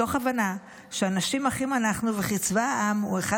מתוך הבנה שאנשים אחים אנחנו וכי צבא העם הוא אחד